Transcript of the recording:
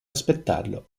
aspettarlo